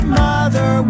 mother